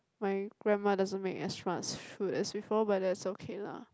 my grandma doesn't make as much food as before but that's okay lah